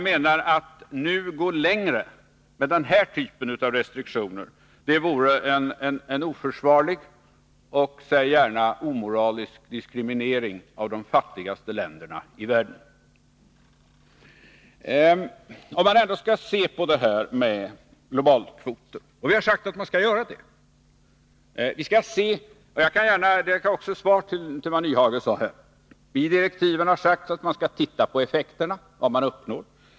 Men att nu gå längre, menar jag, med den här typen av restriktioner vore en oförsvarlig och säg gärna omoralisk diskriminering av de fattigaste länderna i världen. Vi har ändå sagt att man skall titta på det här med globalkvoterna. Jag kan gärna nämna — det är också ett svar till Hans Nyhage — att i direktiven har uttalats att man skall se på effekterna, på vad som uppnås.